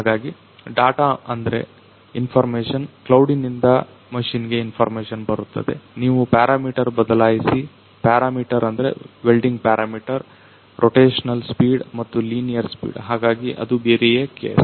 ಹಾಗಾಗಿ ಡಾಟ ಅಂದ್ರೆ ಇನ್ರ್ಮೇಶನ್ ಕ್ಲೌಡಿನಿಂದ ಮಷಿನಿಗೆ ಇನ್ರ್ಮೇಶನ್ ಬರುತ್ತದೆ ನೀವು ಪಾರಮೀಟರ್ ಬದಲಾಯಿಸಿ ಪಾರಮೀಟರ್ ಅಂದ್ರೆ ವೆಲ್ಡಿಂಗ್ ಪಾರಮೀಟರ್ ರೊಟೆಸನಲ್ ಸ್ಪೀಡ್ ಮತ್ತು ಲೀನಿಯರ್ ಸ್ಪೀಡ್ ಹಾಗಾಗಿ ಅದು ಬೇರೆಯೇ ಕೇಸ್